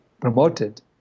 promoted